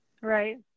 Right